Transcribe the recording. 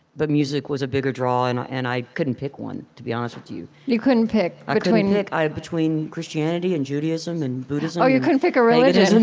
but music was a bigger draw, and and i couldn't pick one, to be honest with you you couldn't pick ah between, like between christianity and judaism and buddhism oh, you couldn't pick a religion.